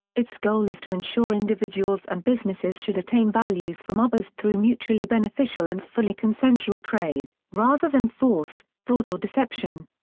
its goal is to ensure individuals and businesses should attain values from others through mutually beneficial and fully consensual trade, rather than force, fraud or deception.